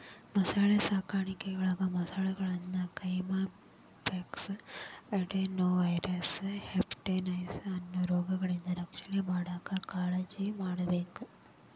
ಮೊಸಳೆ ಸಾಕಾಣಿಕೆಯೊಳಗ ಮೊಸಳೆಗಳಿಗೆ ಕೈಮನ್ ಪಾಕ್ಸ್, ಅಡೆನೊವೈರಲ್ ಹೆಪಟೈಟಿಸ್ ಅನ್ನೋ ರೋಗಗಳಿಂದ ರಕ್ಷಣೆ ಮಾಡಾಕ್ ಕಾಳಜಿಮಾಡ್ಬೇಕ್